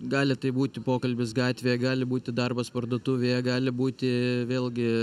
gali tai būti pokalbis gatvėje gali būti darbas parduotuvėje gali būti vėlgi